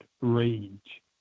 rage